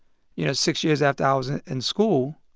you know, six years after i was in and school,